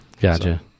Gotcha